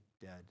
dead